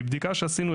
מבדיקה שעשינו,